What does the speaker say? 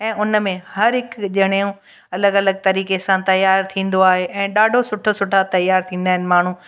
ऐं हुन में हर हिक ॼणो अलॻि अलॻि तरीक़े सां त्योहार थींदो आहे ऐं ॾाढो सुठा सुठा त्योहार थींदा आहिनि माण्हू